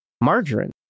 margarine